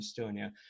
Estonia